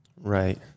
Right